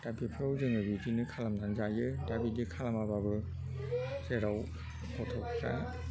दा बेफ्राव जोङो बिदिनो खालामनानै जायो दा बिदि खालामाबाबो जेराव गथ'फ्रा